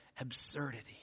absurdity